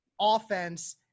offense